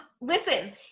Listen